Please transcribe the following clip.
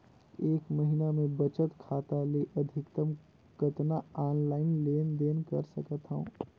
एक महीना मे बचत खाता ले अधिकतम कतना ऑनलाइन लेन देन कर सकत हव?